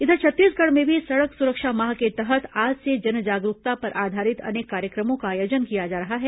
इधर छत्तीसगढ़ में भी सड़क सुरक्षा माह के तहत आज से जन जागरूकता पर आधारित अनेक कार्यक्रमों का आयोजन किया जा रहा है